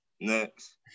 next